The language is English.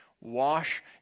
Wash